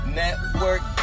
network